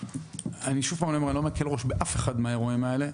אני לא מקל ראש באף אחד מהאירועים האלה,